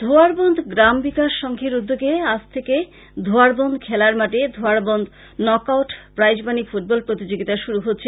ধোয়ারবন্দ গ্রাম বিকাশ সংঘের উদ্যোগে আজ থেকে ধোয়ারবন্দ খেলার মাঠে Dhoyarband knock out prize money football প্রতিযোগীতা শুরু হচ্ছে